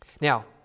Now